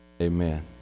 Amen